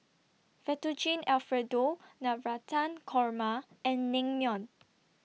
Fettuccine Alfredo Navratan Korma and Naengmyeon